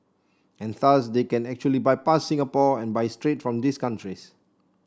and thus they can actually bypass Singapore and buy straight from these countries